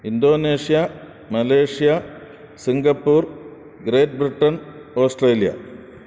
Indonesia Malaysia Singapore Great Britain Australia